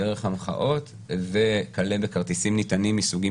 דרך המחאות וכלה בכרטיסים נטענים מסוגים